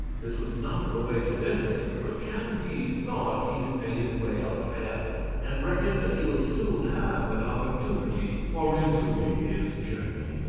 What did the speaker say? this was not the way to venice, but candide thought he had made his way out of hell, and reckoned that he would soon have an opportunity for resuming his journey.